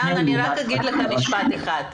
דן, אגיד לך משפט אחד.